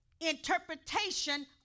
interpretation